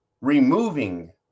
removing